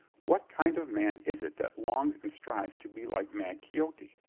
what kind of man is it that longs and strives to be like mad quixote?